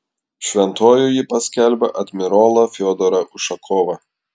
šventuoju ji paskelbė admirolą fiodorą ušakovą